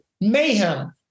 mayhem